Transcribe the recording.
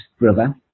brother